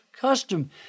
custom